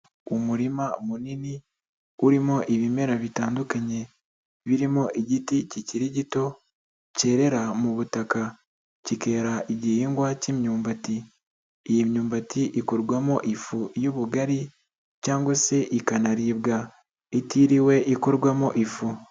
Umurima munini urimo ibimera bitandukanye, birimo igiti kikiri gito cyerera mu butaka, kikera igihingwa cy'imyumbati, iyi myumbati ikorwamo ifu y'ubugari cyangwa se ikanaribwa itiriwe ikorwamo ifu.